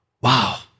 Wow